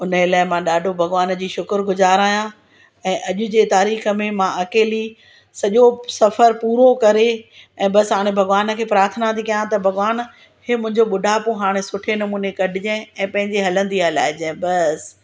हुनजे लाइ मां ॾाढो भगवान जी शुकर गुजार आहियां ऐं अॼ जे तारीख़ में मां अकेली सॼो सफ़र पूरो करे ऐं बसि हाणे भगवान खे प्राथना थी कयां त भगवान मूंखे मुंहिंजो बुढापो हाणे सुठे नमूने कढ जाऐं पंहिंजे हलंदी हलाए जाए बसि